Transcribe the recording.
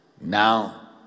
Now